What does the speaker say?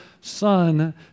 son